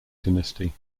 dynasty